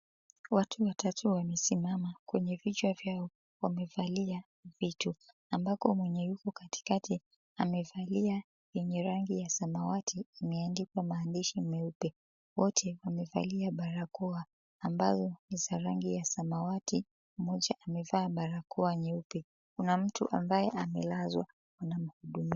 Watu watatu wamesimama. Kwenye vichwa vyao wamevalia vitu, ambako mwenye yuko katikati amevalia yenye rangi ya samawati imeandikwa maandishi meupe. Wote wamevalia barakoa ambazo ni za rangi ya samawati, mmoja amevaa barakoa nyeupe. Kuna mtu ambaye amelazwa wanamhudumia.